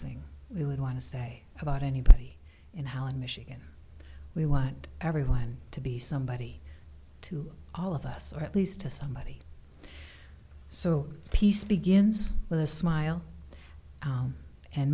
thing we would want to say about anybody in holland michigan we want everyone to be somebody to all of us or at least to somebody so peace begins with a smile